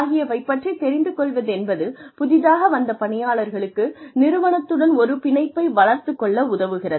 ஆகியவை பற்றி தெரிந்து கொள்வதென்பது புதிதாக வந்த பணியாளர்களுக்கு நிறுவனத்துடன் ஒரு பிணைப்பை வளர்த்துக் கொள்ள உதவுகிறது